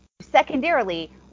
secondarily